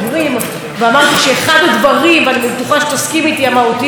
שאחד הדברים המהותיים בלהיות סטודנט,